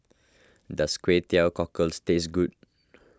does Kway Teow Cockles taste good